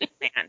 man